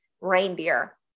reindeer